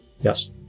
yes